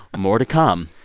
more to come.